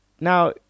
Now